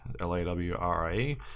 L-A-W-R-I-E